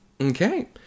okay